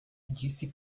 disse